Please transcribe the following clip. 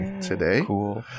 today